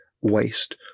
waste